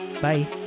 bye